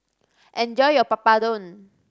enjoy your Papadum